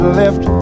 left